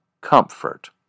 comfort